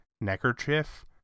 neckerchief